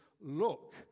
look